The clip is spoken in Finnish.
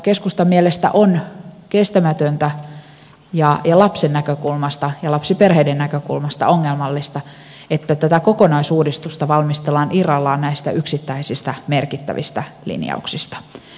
keskustan mielestä on kestämätöntä ja lapsen näkökulmasta ja lapsiperheiden näkökulmasta ongelmallista että tätä kokonaisuudistusta valmistellaan irrallaan näistä yksittäisistä merkittävistä linjauksista